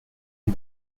qui